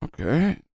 Okay